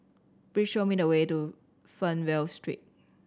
please show me the way to Fernvale Street